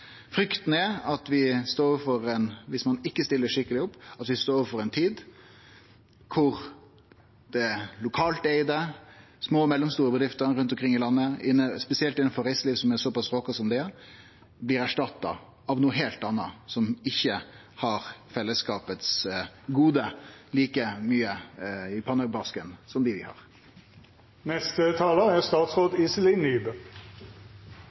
er at vi, viss ein ikkje stiller skikkeleg opp, står overfor ei tid kor dei lokalt eigde små og mellomstore bedriftene rundt omkring i landet, spesielt innanfor reiselivet, som er såpass råka som det er, blir erstatta av noko heilt anna, som ikkje har fellesskapet sine gode like mykje i pannebrasken som dei vi har. Regjeringens forslag om å etablere en risikoavlastningsordning for garantier som er